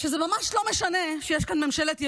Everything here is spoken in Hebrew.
שזה ממש לא משנה שיש כאן ממשלת ימין.